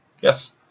Yes